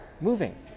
moving